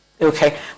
Okay